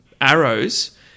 arrows